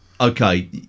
okay